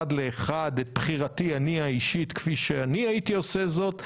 לאחד את בחירתי האישית כפי שאני הייתי עושה זאת,